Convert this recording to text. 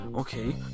okay